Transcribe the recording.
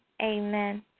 amen